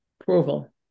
approval